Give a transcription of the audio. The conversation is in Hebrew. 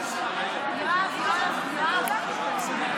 נא לשבת.